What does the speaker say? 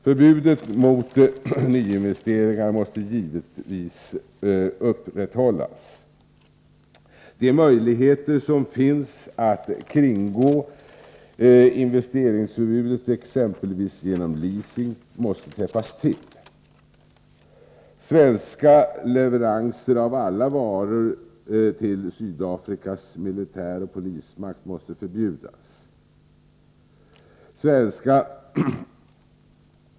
Förbudet mot nyinvesteringar måste givetvis upprätthållas. De möjligheter som finns att kringgå investeringsförbudet, exempelvis genom leasing, måste täppas till. Svenska leveranser av alla varor till Sydafrikas militär och polismakt måste förbjudas.